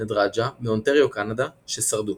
נדרג'ה מאונטריו קנדה, ששרדו.